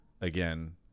again